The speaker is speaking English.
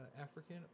African